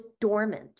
dormant